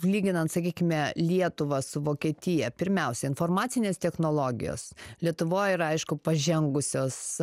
lyginant sakykime lietuvą su vokietija pirmiausia informacinės technologijos lietuvoj yra aišku pažengusios